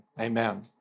amen